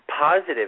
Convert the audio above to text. Positive